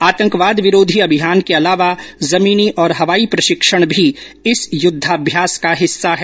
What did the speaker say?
आतंकवाद विरोधी अभियान के अलावा जमीनी और हवाई प्रशिक्षण भी इस युद्धाभ्यास का हिस्सा है